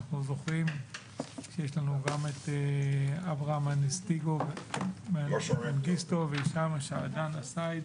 אנחנו זוכרים שיש לנו גם את אוורה מנגיסטו והישאם שעבאן א-סייד